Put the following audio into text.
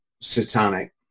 satanic